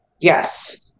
yes